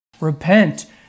Repent